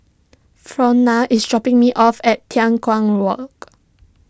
Frona is dropping me off at Tai Walk